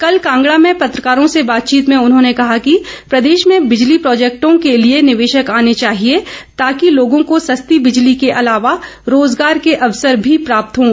कल कांगड़ा में पत्रकारों से बातचीत में उन्होंने कहा कि प्रदेश में बिजली प्रोजेक्टों के लिए निवेशक आने चाहिए ताकि लोगों को सस्ती बिजली के अलावा रोजगार के अवसर भी प्राप्त हों